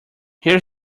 here